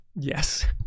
yes